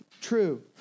True